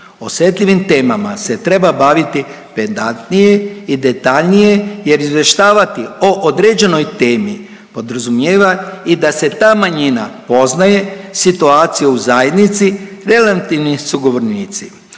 Osetljivim temama se treba baviti pedantnije i detaljnije jer izvještava o određenoj temi podrazumijeva i da se ta manjina poznaje situacija u zajednici … sugovornici,